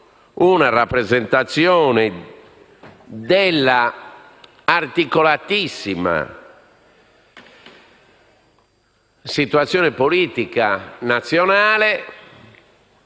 una rappresentazione dell'articolatissima situazione politica nazionale